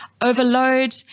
overload